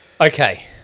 Okay